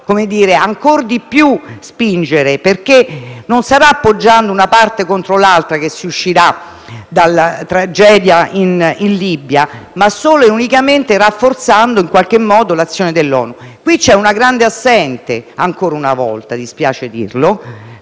spingere ancor di più, perché non sarà appoggiando una parte contro l'altra che si uscirà dalla tragedia in Libia, ma solo e unicamente rafforzando l'azione dell'ONU. Qui c'è una grande assente, ancora una volta dispiace dirlo,